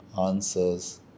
answers